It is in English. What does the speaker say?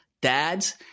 dads